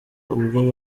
ubwo